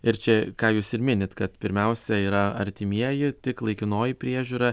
ir čia ką jūs ir minit kad pirmiausia yra artimieji tik laikinoji priežiūra